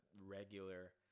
regular